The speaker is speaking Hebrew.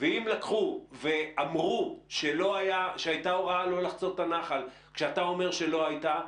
ואם אמרו שהייתה הוראה לא לחצות את הנחל כשאתה אומר שלא הייתה,